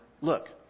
Look